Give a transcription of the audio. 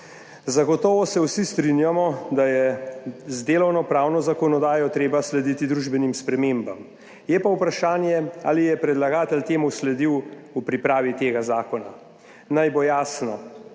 Zagotovo se vsi strinjamo, da je z delovnopravno zakonodajo treba slediti družbenim spremembam, je pa vprašanje, ali je predlagatelj temu sledil v pripravi tega zakona. Naj bo jasno,